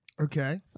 Okay